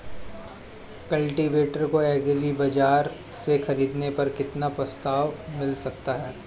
Cultivator को agri बाजार से ख़रीदने पर कितना प्रस्ताव मिल सकता है?